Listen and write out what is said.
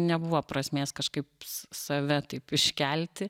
nebuvo prasmės kažkaip save taip iškelti